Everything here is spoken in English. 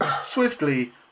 swiftly